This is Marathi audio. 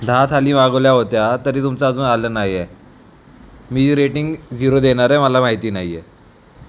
दहा थाळी मागवल्या होत्या तरी तुमचं अजून आलं नाही आहे मी रेटिंग झिरो देणार आहे मला माहिती नाही आहे